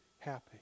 Happy